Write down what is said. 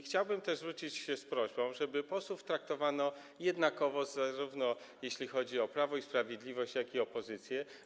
Chciałbym też zwrócić się z prośbą, żeby posłów traktowano jednakowo, jeśli chodzi o zarówno Prawo i Sprawiedliwość, jak i opozycję.